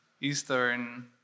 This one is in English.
Eastern